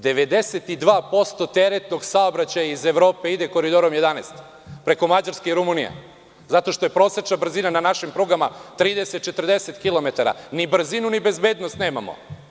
Devedeset i dva posto teretnog saobraćaja iz Evrope ide Koridorom 11 preko Mađarske i Rumunije, zato što je prosečna brzina na našim prugama 30, 40 kilometara, ni brzinu, ni bezbednost nemamo.